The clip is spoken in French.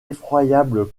effroyables